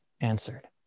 answered